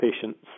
patient's